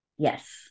Yes